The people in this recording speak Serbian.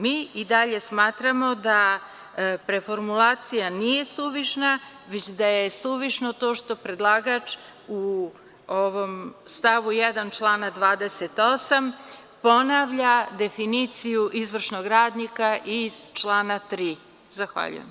Mi i dalje smatramo da preformulacija nije suvišna, već da je suvišno to što predlagač u ovom stavu 1. člana 28. ponavlja definiciju izvršnog radnika iz člana 3. Zahvaljujem.